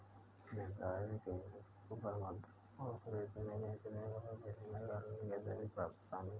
निर्धारित कीमतों पर मुद्राओं को खरीदने, बेचने और विनिमय करने के सभी पहलू शामिल हैं